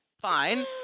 fine